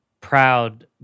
proud